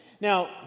Now